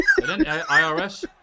IRS